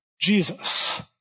Jesus